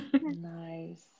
Nice